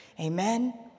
Amen